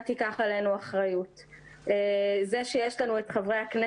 אגב, זה לא רק להם, זה גם לציבור כולו.